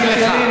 שאל שאלה,